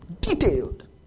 Detailed